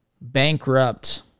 bankrupt